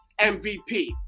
MVP